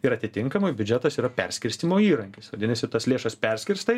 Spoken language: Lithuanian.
ir atitinkamai biudžetas yra perskirstymo įrankis vadinasi tas lėšas perskirstai